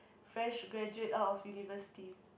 fresh graduate out of university